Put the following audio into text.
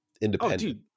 independent